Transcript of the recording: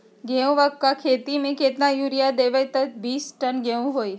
गेंहू क खेती म केतना यूरिया देब त बिस टन गेहूं होई?